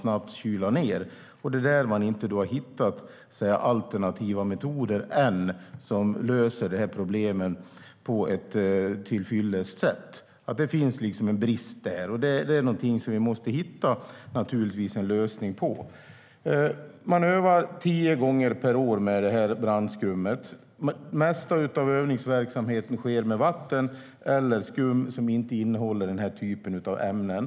Här har man ännu inte hittat alternativa metoder som löser problemen på ett tillfredsställande sätt. Det finns en brist här, och vi måste givetvis hitta en lösning. Man övar tio gånger per år med detta brandskum. Den mesta övningsverksamheten sker med vatten eller skum som inte innehåller denna typ av ämnen.